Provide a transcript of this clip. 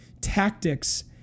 tactics